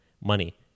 money